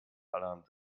allerhand